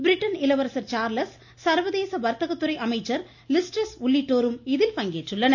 Britain இளவரசர் Charles சர்வதேச வர்த்தகத்துறை அமைச்சர் லிஸ்டரஸ் உள்ளிட்டோரும் இதில் பங்கேற்றுள்ளனர்